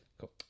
Cool